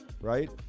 right